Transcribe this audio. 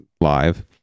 live